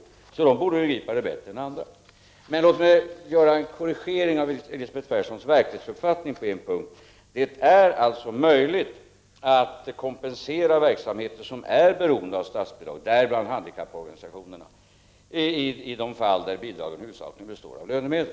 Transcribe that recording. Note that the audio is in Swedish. Dessa borde alltså begripa det bättre än andra. Låt mig på en punkt göra en korrigering av Elisabeth Perssons verklighetsuppfattning. Det är alltså möjligt att kompensera verksamheter som är beroende av statsbidrag, däribland handikapporganisationerna, i de fall där bidragen huvudsakligen består av lönemedel: